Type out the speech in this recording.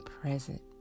present